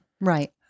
Right